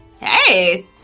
Hey